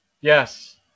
Yes